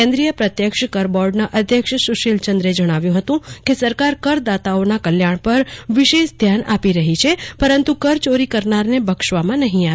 કેન્દ્રીય પ્રત્યક્ષ કર બોર્ડના અધ્યક્ષ સુશીલ ચંદે જણાવ્યું હતું કે સરકાર કરદાતાઓના કલ્યાણ પર વિશેષ ધ્યાન આપી રહી છે પતાનતું કરચોરી કરનારને બક્ષવામાં નહિ આવે